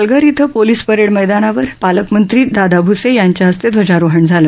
पालघर इथं police parade मैदानावर पालकमंत्री दादा भुसे यांच्या हस्ते ध्वजारोहण झालं